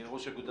ראש איגוד